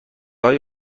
های